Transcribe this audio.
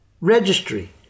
Registry